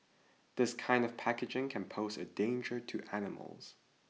this kind of packaging can pose a danger to animals